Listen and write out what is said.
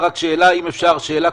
נשארה בעד,